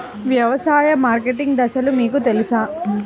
వ్యవసాయ మార్కెటింగ్ దశలు మీకు తెలుసా?